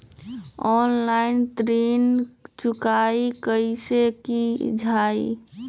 Online ऋण चुकाई कईसे की ञाई?